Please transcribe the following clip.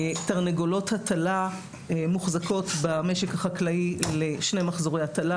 תרנגולות הטלה מוחזקות במשק החקלאי לשני מחזורי הטלה